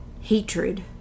Hatred